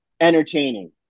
entertaining